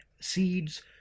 seeds